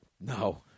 no